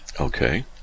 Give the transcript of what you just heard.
Okay